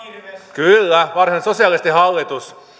kyllä varsinainen sosialistihallitus